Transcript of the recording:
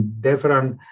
different